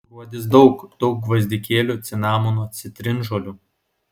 gruodis daug daug gvazdikėlių cinamono citrinžolių